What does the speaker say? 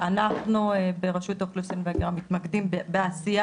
אנחנו ברשות האוכלוסין מתמקדים בעשייה